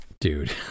Dude